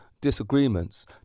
disagreements